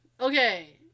okay